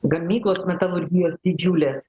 gamyklos metalurgijos didžiulės